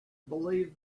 believe